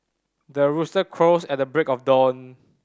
the rooster crows at the break of dawn